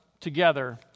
together